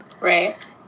Right